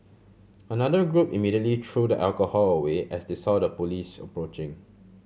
another group immediately threw the alcohol away as they saw the police approaching